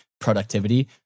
productivity